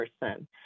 person